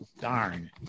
darn